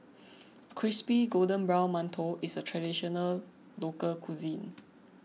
Crispy Golden Brown Mantou is a Traditional Local Cuisine